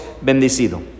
bendecido